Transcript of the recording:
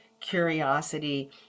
curiosity